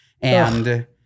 And-